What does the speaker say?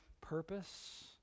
purpose